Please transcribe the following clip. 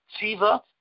Siva